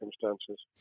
circumstances